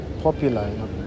popular